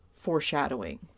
foreshadowing